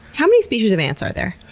how many species of ants are there?